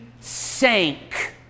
sank